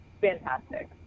fantastic